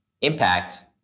impact